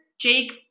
Jake